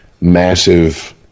massive